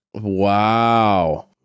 Wow